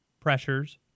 pressures